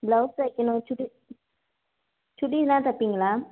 blouse தைக்கணும் சுடி சுடி எல்லாம் தைப்பிங்களா